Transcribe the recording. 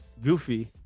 Goofy